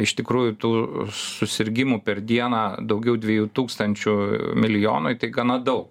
iš tikrųjų tų susirgimų per dieną daugiau dviejų tūkstančių milijonui tai gana daug